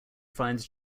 finds